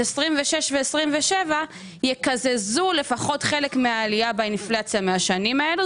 2026 ובשנת 2027 יקזזו חלק מהעלייה באינפלציה שהייתה בשנים האלו.